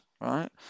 right